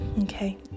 okay